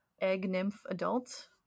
egg-nymph-adult